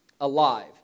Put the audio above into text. alive